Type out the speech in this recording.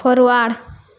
forward